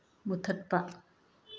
ꯃꯨꯊꯠꯄ